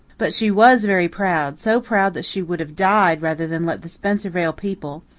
but she was very proud so proud that she would have died rather than let the spencervale people,